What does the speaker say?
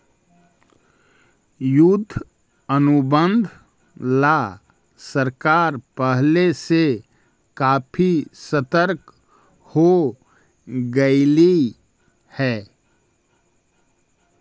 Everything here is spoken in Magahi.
युद्ध अनुबंध ला सरकार पहले से काफी सतर्क हो गेलई हे